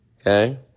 Okay